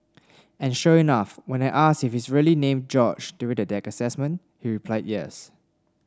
and sure enough when I asked if he's really named George during the deck assessment he replied yes